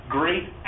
great